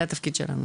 זה התפקיד שלנו.